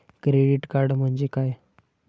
Credit card म्हणजे काय?